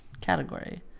category